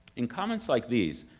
in comments like these,